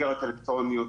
סיגריות אלקטרוניות,